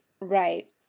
Right